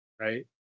right